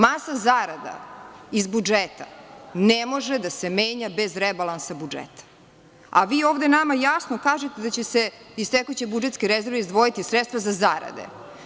Masa zarada iz budžeta ne može da se menja bez rebalansa budžeta, a vi ovde nama jasno kažete da će se iz tekuće budžetske rezerve izdvojiti sredstva za zarade.